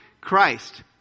christ